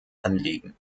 anliegen